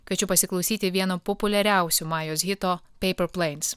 kviečiu pasiklausyti vieno populiariausių majos hito peiper pleins